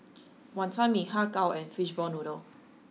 wantan mee har kow and fishball noodle